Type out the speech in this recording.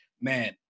man